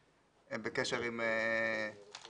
הם בקשר עם אלוף הפיקוד.